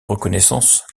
reconnaissance